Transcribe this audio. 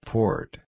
Port